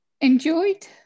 enjoyed